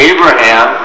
Abraham